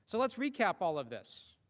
so let's recap all of this.